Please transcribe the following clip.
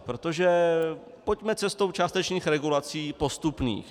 Protože pojďme cestou částečných regulací postupných.